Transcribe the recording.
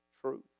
truth